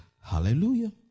Hallelujah